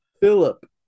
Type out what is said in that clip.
Philip